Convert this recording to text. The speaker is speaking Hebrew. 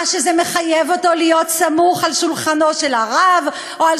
זה מחייב אותו להיות סמוך על שולחנו של הרב או על